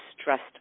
stressed